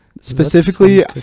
specifically